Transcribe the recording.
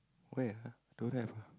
where don't have ah